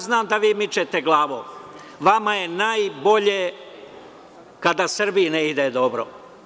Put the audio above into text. Znam da vi mičete glavom, vama je najbolje kada Srbiji ne ide dobro.